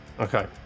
okay